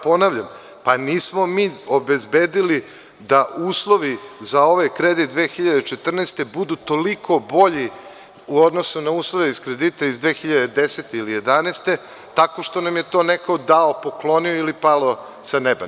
Ponavljam vam, pa nismo mi obezbedili da uslovi za ovaj kredit 2014. godine budu toliko bolji u odnosu na uslove kredita iz 2010. godine ili 2011. godine tako što nam je to neko dao, poklonio ili palo sa neba.